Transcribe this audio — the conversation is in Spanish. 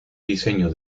diseño